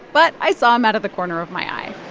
but i saw him out of the corner of my eye